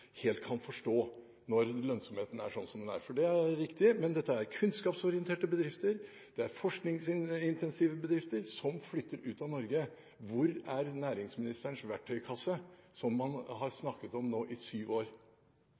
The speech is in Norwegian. helt kan forstå når lønnsomheten er sånn som den er, for det er riktig. Dette er kunnskapsorienterte bedrifter, det er forskningsintensive bedrifter, som flytter ut av Norge. Hvor er næringsministerens verktøykasse, som man har snakket om nå i syv år?